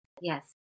Yes